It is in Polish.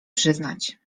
przyznać